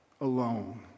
alone